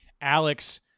Alex